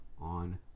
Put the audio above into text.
on